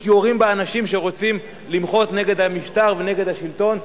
פשוט יורים באנשים שרוצים למחות נגד המשטר ונגד השלטון.